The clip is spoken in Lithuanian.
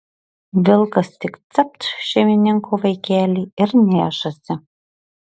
vilkas tik capt šeimininko vaikelį ir nešasi